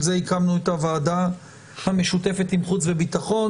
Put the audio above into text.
זה הקמנו את הוועדה המשותפת עם חוץ וביטחון,